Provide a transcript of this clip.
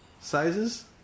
sizes